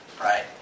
right